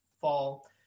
fall